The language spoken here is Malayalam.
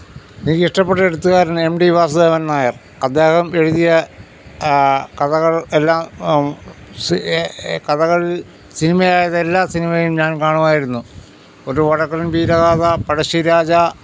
എനിക്ക് ഇഷ്ടപ്പെട്ട എഴുത്തുകാരനാ എം ടി വാസുദേവൻ നായർ അദ്ദേഹം എഴുതിയ കഥകൾ എല്ലാം സി കഥകൾ സിനിമയായത് എല്ലാ സിനിമയും ഞാൻ കാണുമായിരുന്നു ഒരു വടക്കൻ വീരഗാഥ പഴശ്ശിരാജ